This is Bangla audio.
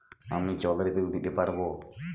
আমি জলের বিল দিতে পারবো?